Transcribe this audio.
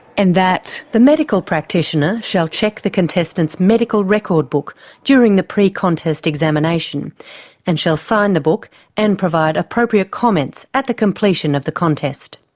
and that the medical practitioner shall check the contestant's medical record book during the pre-contest examination and shall sign the book and provide appropriate comments at the completion of the contest.